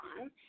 on